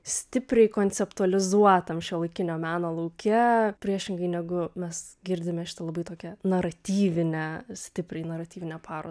stipriai konceptualizuotam šiuolaikinio meno lauke priešingai negu mes girdime šitą labai tokią naratyvinę stipriai naratyvinę parodą